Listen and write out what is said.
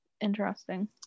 interesting